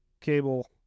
Cable